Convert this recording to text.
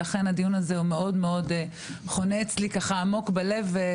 לכן הדיון הזה חונה אצלי עמוק מאוד בלב,